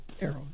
arrows